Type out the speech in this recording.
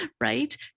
right